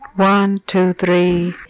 one, two, three.